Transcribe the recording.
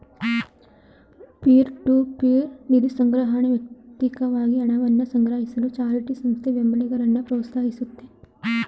peer to peer ನಿಧಿಸಂಗ್ರಹಣೆ ವ್ಯಕ್ತಿಕವಾಗಿ ಹಣವನ್ನ ಸಂಗ್ರಹಿಸಲು ಚಾರಿಟಿ ಸಂಸ್ಥೆ ಬೆಂಬಲಿಗರನ್ನ ಪ್ರೋತ್ಸಾಹಿಸುತ್ತೆ